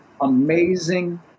amazing